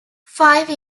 five